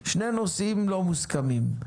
לא מוסכמים,